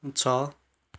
छ